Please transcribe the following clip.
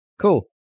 Cool